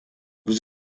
vous